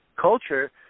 culture